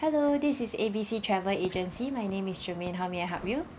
hello this is A B C travel agency my name is germaine how may I help you